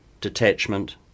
detachment